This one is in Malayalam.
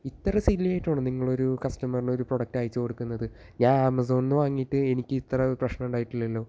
ഇത്ര സില്ലി ആയിട്ടാണോ നിങ്ങളൊരു കസ്റ്റമറിന് ഒരു പ്രോഡക്റ്റ് അയച്ചു കൊടുക്കുന്നത് ഞാന് ആമസോണിൽ നിന്ന് വാങ്ങിയിട്ട് എനിക്കിത്ര പ്രശ്നമുണ്ടായിട്ടില്ലല്ലോ